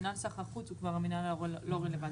מינהל סחר חוץ הוא כבר מינהל לא רלוונטי.